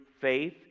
faith